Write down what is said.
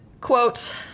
quote